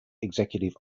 executive